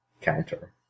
counter